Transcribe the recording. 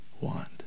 want